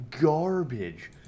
garbage